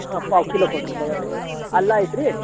ಹಾಂ ಪಾವು ಕಿಲೋ ಕೊಡಿ ಬೆಳ್ಳುಳ್ಳಿ ಅಲ್ಲಾ ಐತ್ರೀ